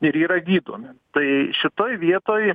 ir yra gydomi tai šitoj vietoj